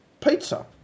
pizza